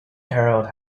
herald